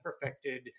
perfected